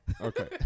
okay